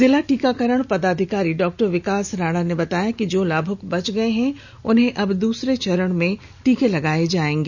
जिला टीकाकरण पदाधिकारी डॉ विकास राणा ने बताया कि जो लाभुक बच गए हैं उन्हें अब दूसरे चरण में टीका लगाया जाएगा